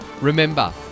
Remember